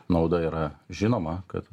nauda yra žinoma kad